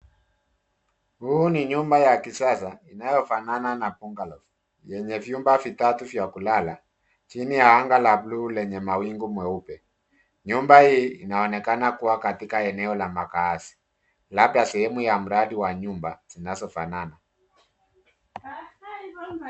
Huu ni nyumba ya kisasa, inayofanana na bungalow , yenye vyumba vitatu vya kulala, chini ya anga la blue lenye mawingu meupe. Nyumba hii inaonekana kuwa katika eneo la makazi, labda sehemu ya mradi wa nyumba, zinazofanana.